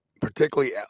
particularly